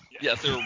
Yes